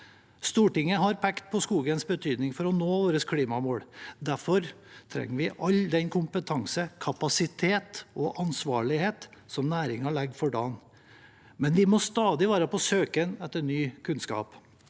Stortinget har pekt på skogens betydning for å nå klimamålene våre. Derfor trenger vi all den kompetanse, kapasitet og ansvarlighet som næringen legger for dagen, men vi må stadig være på søken etter ny kunnskap.